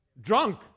drunk